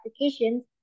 applications